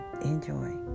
Enjoy